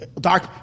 dark